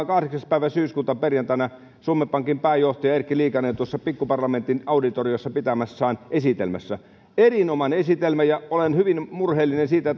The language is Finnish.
kahdeksas päivä syyskuuta viime perjantaina suomen pankin pääjohtaja erkki liikanen tuossa pikkuparlamentin auditoriossa pitämässään esitelmässä erinomainen esitelmä ja olen hyvin murheellinen siitä